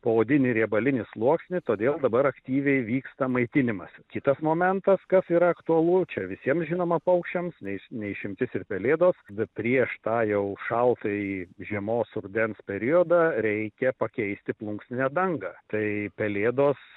poodinį riebalinį sluoksnį todėl dabar aktyviai vyksta maitinimas kitas momentas kas yra aktualu čia visiems žinoma paukščiams nei ne išimtis ir pelėdos bet prieš tą jau šaltąjį žiemos rudens periodą reikia pakeisti plunksninę dangą tai pelėdos